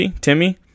Timmy